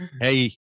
hey